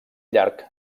llarg